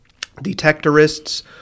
Detectorists